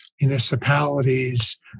municipalities